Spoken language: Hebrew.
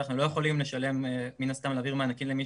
אנחנו לא יכולים מן הסתם להעביר מענקים למי